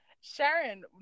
Sharon